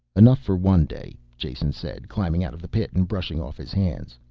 enough for one day, jason said, climbing out of the pit and brushing off his hands.